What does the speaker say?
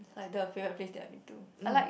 like the favourite place that I've been to I like